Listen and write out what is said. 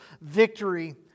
victory